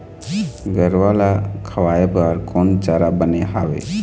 गरवा रा खवाए बर कोन चारा बने हावे?